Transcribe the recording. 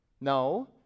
No